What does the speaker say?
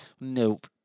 Nope